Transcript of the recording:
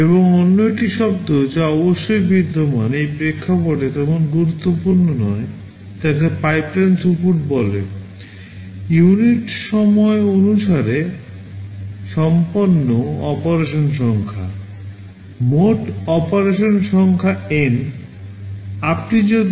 এবং অন্য একটি শব্দ যা অবশ্যই বিদ্যমান এই প্রেক্ষাপটে তেমন গুরুত্বপূর্ণ নয় তাকে পাইপলাইন থ্রুপুট